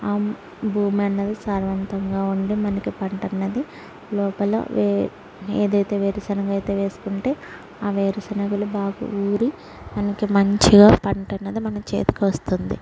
భూమి అన్నది సారవంతంగా ఉండుంది మనకి పంటన్నది లోపల ఏదయితే వేరుశనగైతే వేసుకుంటే ఆ వేరుశనగలు బాగ ఊరి మనకి మంచిగా పంటన్నది మన చేతికి వస్తుంది